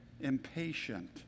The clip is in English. impatient